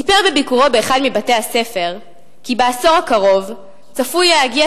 סיפר בביקורו באחד מבתי-הספר כי בעשור הקרוב צפוי להגיע